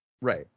Right